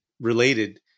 Related